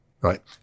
Right